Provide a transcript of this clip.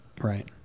Right